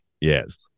yes